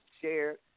shared